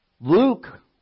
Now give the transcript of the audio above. Luke